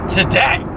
today